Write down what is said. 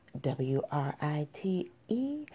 w-r-i-t-e